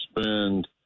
spend